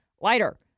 lighter